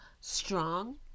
strong